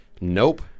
Nope